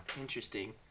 interesting